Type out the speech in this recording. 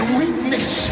weakness